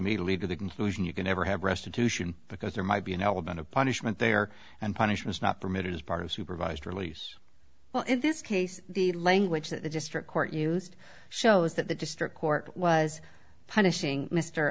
me to lead to the conclusion you can ever have restitution because there might be an element of punishment they are and punishments not permitted as part of supervised release well in this case the language that the district court used shows that the district court was punishing m